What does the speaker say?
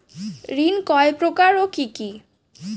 ঋণ কয় প্রকার ও কি কি?